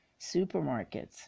supermarkets